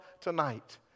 tonight